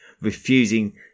refusing